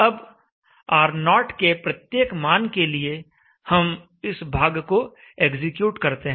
अब R0 के प्रत्येक मान के लिए हम इस भाग को एग्जीक्यूट करते हैं